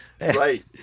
Right